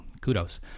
Kudos